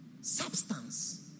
Substance